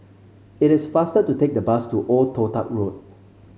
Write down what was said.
it is faster to take the bus to Old Toh Tuck Road